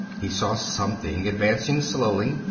he saw something advancing slowly,